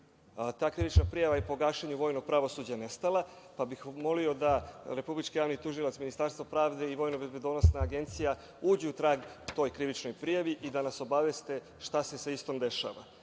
Ta krivična prijava je po gašenju vojnog pravosuđa nestala, pa bih molio da Republički javni tužilac, Ministarstvo pravde i VBA uđu u trag toj krivičnoj prijavi i da nas obaveste šta se sa istom dešava.Zašto